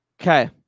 Okay